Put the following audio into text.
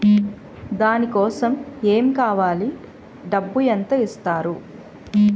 దాని కోసం ఎమ్ కావాలి డబ్బు ఎంత ఇస్తారు?